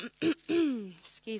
Excuse